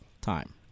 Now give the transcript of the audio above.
time